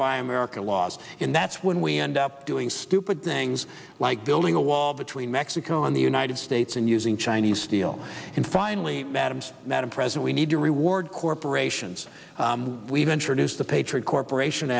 buy american laws and that's when we end up doing stupid things like building a wall between mexico and the united states and using chinese steel and finally madame's madam president we need to reward corporations we've introduced the patriot corporation